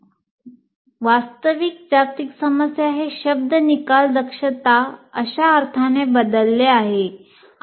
"वास्तविक जगातील समस्या" हे शब्द निकाल दक्षता अशा अर्थाने बदलले आहेत